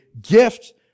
gift